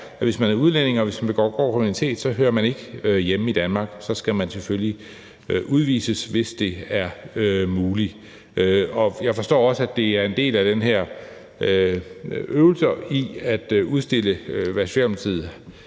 at hvis man er udlænding, og hvis man begår grov kriminalitet, hører man ikke hjemme i Danmark, og så skal man selvfølgelig udvises, hvis det er muligt. Jeg forstår også, at det er en del af den her øvelse i at udstille, hvad